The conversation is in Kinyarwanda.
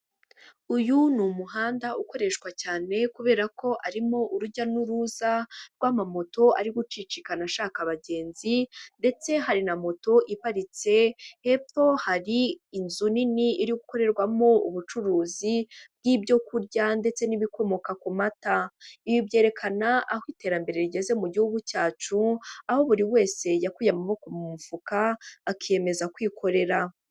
Uyu ni umuhanda ukoreshwa cyane kubera ko arimo urujya n'uruza rw'amamoto ari gucicikana ashaka abagenzi, ndetse hari na moto iparitse ,hepfo hari inzu nini iri gukorerwamo ubucuruzi bw'ibyo kurya ndetse n'ibikomoka ku mata. Ibi byerekana aho iterambere rigeze mu gihugu cyacu,, aho buri wese yakuye amaboko mu mufuka, akiyemeza kwikorera.